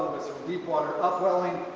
deep water upwelling,